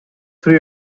three